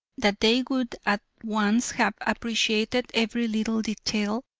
that they would at once have appreciated every little detail,